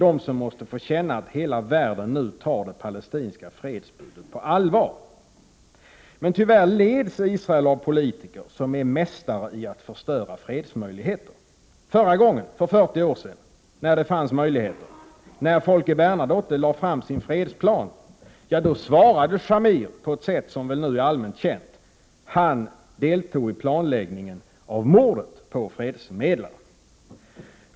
De måste få känna att hela världen tar det palestinska fredsbudet på allvar. Tyvärr leds Israel av politiker som är mästare i att förstöra fredsmöjligheter. Förra gången — för 40 år sedan — då möjligheter förelåg, när Folke Bernadotte lade fram sin fredsplan, svarade Shamir på ett sätt som nu väl är allmänt känt: Han deltog i planläggningen av mordet på fredsmäklaren.